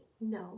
No